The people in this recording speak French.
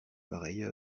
pareille